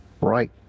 right